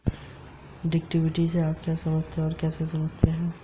Bank ब्याज दर को निर्धारित कौन करता है?